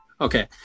okay